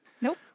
Nope